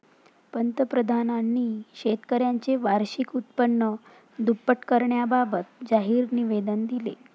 पंतप्रधानांनी शेतकऱ्यांचे वार्षिक उत्पन्न दुप्पट करण्याबाबत जाहीर निवेदन दिले